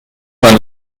man